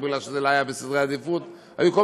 או כי זה לא היה בסדר העדיפויות,